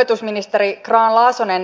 ensimmäisen kierroksen yhteiskuntasopimuksesta